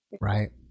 Right